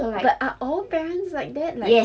but are all parents like that like